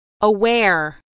aware